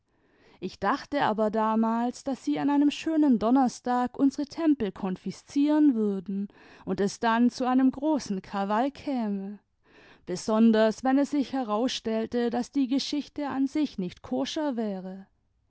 ich dachte aber damals daß sie an einem schönen donnerstag unsere tempel konfiszieren würden und es dann zu einem großen krawall käme besonders wenn es sich herausstellte daß die geschichte an sich nicht koscher wäre